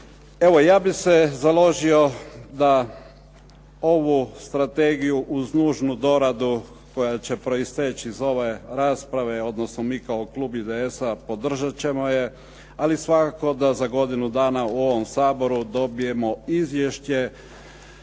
Evo, ja bih se založio da ovu strategiju uz nužnu doradu koja će proisteći iz ove rasprave, odnosno mi kao klub IDS-a podržat ćemo je, ali svakako da za godinu dana u ovom Saboru dobijemo izvješće